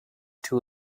too